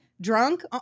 drunk